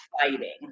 fighting